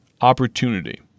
opportunity